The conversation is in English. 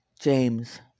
James